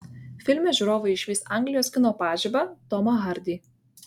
filme žiūrovai išvys anglijos kino pažibą tomą hardy